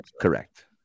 Correct